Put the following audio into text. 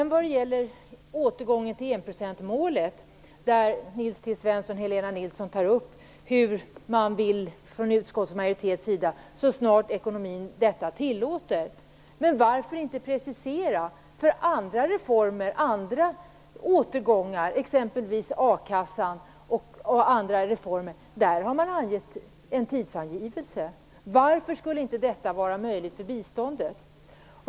Nils T Svensson och Helena Nilsson tar upp att utskottsmajoriteten vill återgå till enprocentsmålet så snart ekonomin detta tillåter. Men varför inte precisera. För andra reformer, andra återgångar, exempelvis a-kassan, har man gjort en tidsangivelse. Varför skulle inte detta vara möjligt för biståndet?